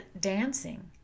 dancing